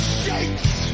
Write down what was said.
shakes